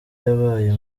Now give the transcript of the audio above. yabaye